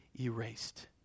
erased